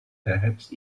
perhaps